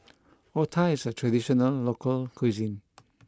Otah is a traditional local cuisine